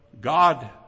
God